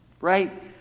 right